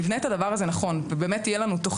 להבין למה הוועדה הזאת לא מקבלת תשובות ממשרד